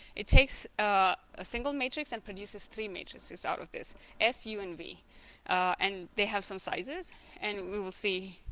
it takes a single matrix and produces three matrices out of this s u and v and they have some sizes and we will see